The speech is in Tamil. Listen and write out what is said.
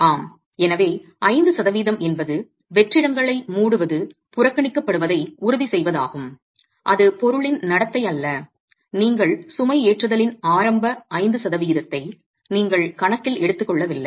ஆம் எனவே 5 சதவீதம் என்பது வெற்றிடங்களை மூடுவது புறக்கணிக்கப்படுவதை உறுதி செய்வதாகும் அது பொருளின் நடத்தை அல்ல நீங்கள் சுமைஏற்றுதலின் ஆரம்ப 5 சதவீதத்தை நீங்கள் கணக்கில் எடுத்துக்கொள்ளவில்லை